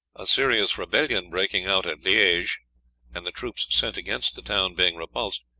a serious rebellion breaking out at liege, and the troops sent against the town being repulsed,